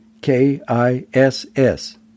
K-I-S-S